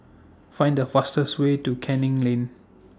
Find The fastest Way to Canning Lane